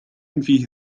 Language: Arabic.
فيه